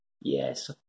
Yes